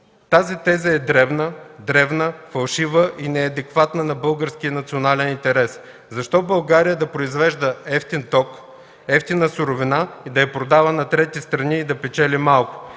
тази теза е древна, дребна, фалшива и неадекватна на българския национален интерес. Защо България да произвежда евтин ток, евтина суровина и да я продава на трети страни и да печели малко?